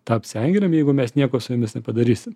tapt sengirėm jeigu mes nieko su jomis nepadarysim